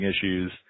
issues